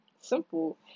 simple